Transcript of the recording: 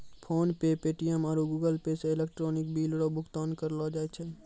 PhonePe Paytm आरु Google Pay से electronic bill रो भुगतान करलो जाय छै